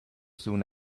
soon